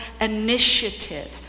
initiative